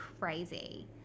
crazy